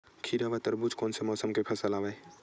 खीरा व तरबुज कोन से मौसम के फसल आवेय?